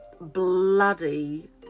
bloody